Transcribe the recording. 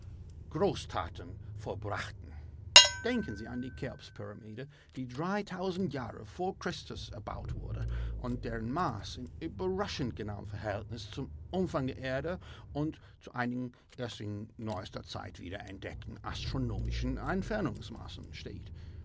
großtaten vollbrachten denken sie an die cheopspyramide die jahre vor christus erbaut wurde und deren maße in überraschend genauem verhältnis zum umfang der erde und zu einigen erst in neuester zeit wieder entdeckten astronomischen entfernungsmaßen stehen